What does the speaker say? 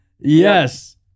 Yes